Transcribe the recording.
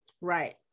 right